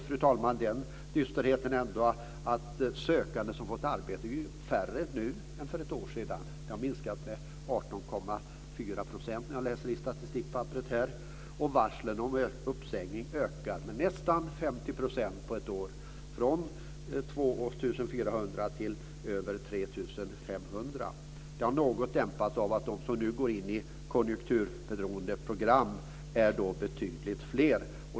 Nu har vi ändå den dysterheten att antalet sökande som fått arbete nu är färre än för ett år sedan. Det har minskat med 18,4 %, läser jag i statistikpapperet. Varslen om uppsägning har ökat med nästan 50 % på ett år från 2 400 till över 3 500. Det har något dämpats av att de som nu går in i konjunkturberoende program är betydligt fler.